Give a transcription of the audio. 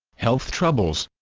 health troubles